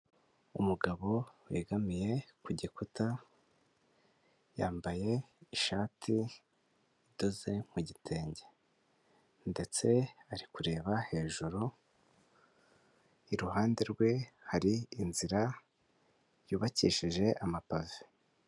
Umugabo wegamiye ku gikuta, yambaye ishati idoze mu gitenge ndetse ari kureba hejuru, iruhande rwe hari inzira yubakishije amapave.